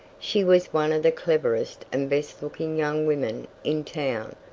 she was one of the cleverest and best-looking young women in town,